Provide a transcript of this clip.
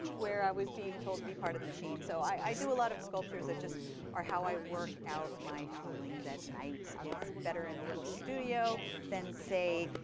where i was being told to be part of the machine. so i do a lot of sculptures that just are how i work out my feelings at night. it's better in a little studio than, say,